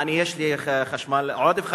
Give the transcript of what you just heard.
יש לי עודף חשמל?